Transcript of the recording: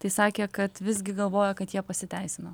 tai sakė kad visgi galvoja kad jie pasiteisino